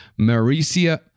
Maricia